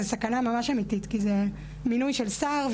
זו סכנה ממש אמיתית כי זה מינוי של שר,